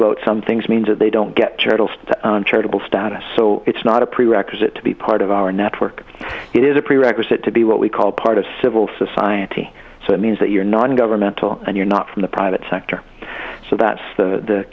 about some things means that they don't get chattels charitable status so it's not a prerequisite to be part of our network it is a prerequisite to be what we call part of civil society so it means that you're non governmental and you're not from the private sector so that's the